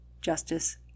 justice